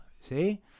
see